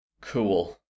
Cool